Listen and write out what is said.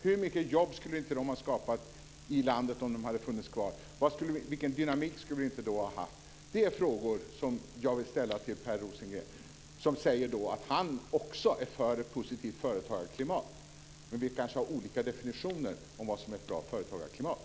Hur mycket jobb skulle inte de ha skapat i landet om de hade funnits kvar. Vilken dynamik skulle vi då inte ha haft. Det är frågor jag vill ställa till Per Rosengren, som säger att han också är för ett positivt företagarklimat. Men vi kanske har olika definitioner av vad som är ett bra företagarklimat.